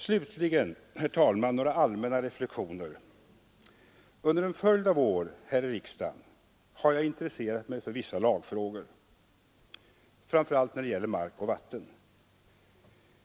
Slutligen, herr talman, några allmänna reflexioner. Under en följd av år har jag här i riksdagen intresserat mig för vissa lagfrågor, framför allt när det gäller mark och vatten.